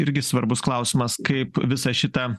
irgi svarbus klausimas kaip visą šitą